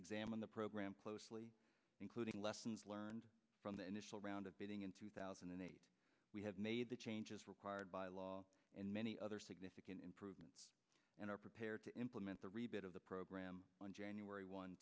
examined the program closely including lessons learned from the initial round of bidding in two thousand and eight we have made the changes required by law and many other significant improvements and are prepared to implement the rebid of the program on january one